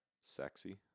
sexy